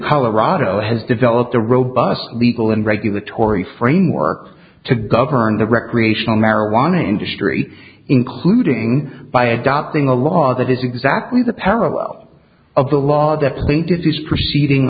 colorado has developed a robust legal and regulatory framework to govern the recreational marijuana industry including by adopting a law that is exactly the parallel of the law that plaintiffs is proceeding